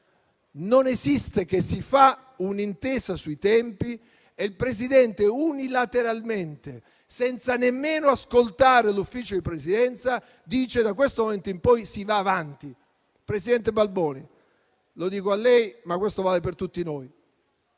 Non esiste che si faccia un'intesa sui tempi e poi il Presidente, unilateralmente, senza nemmeno ascoltare l'Ufficio di Presidenza, decida, da un certo momento in poi, di andare avanti. Presidente Balboni, lo dico a lei, ma vale per tutti noi.